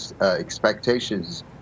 expectations